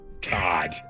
God